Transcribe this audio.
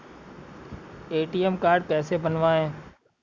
ATM card कैसे बनवाएँ?